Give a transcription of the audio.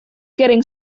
getting